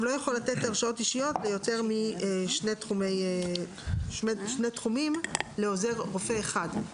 לא יכול לתת הרשאות אישיות ביותר משני תחומים לעוזר רופא אחד.